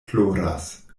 ploras